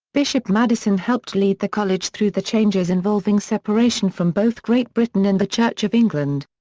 bishop madison helped lead the college through the changes involving separation from both great britain and the church of england.